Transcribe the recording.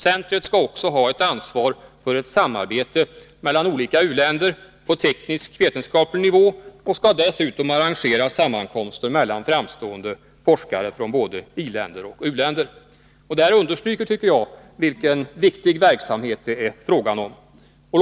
Centret skall också ha ett ansvar för ett samarbete mellan olika u-länder på tekniskvetenskaplig nivå och skall dessutom arrangera sammankomster mellan framstående forskare från både i-länder och u-länder. Detta understryker enligt min mening vilken viktig verksamhet det är fråga om.